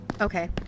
Okay